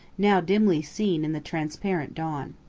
now dimly-seen in the transparent dawn.